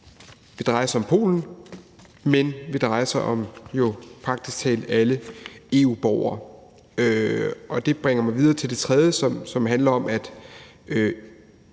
vil dreje sig om polske borgere, men vil dreje sig om praktisk talt alle EU-borgere. Det bringer mig videre til den tredje ting, som handler om, at